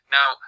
Now